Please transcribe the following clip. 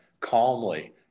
calmly